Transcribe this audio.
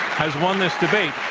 has won this debate.